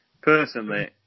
personally